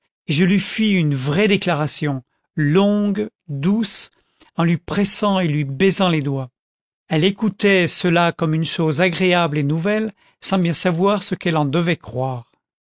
je lui fis une vraie déclaration longue douce en lui pressant et lui baisant les doigts elle écoutait cela comme une chose agréable et nouvelle sans bien savoir ce qu'elle en devait croire